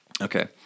Okay